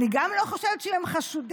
אני גם לא חושבת שאם הם חשודים,